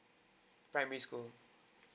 primary school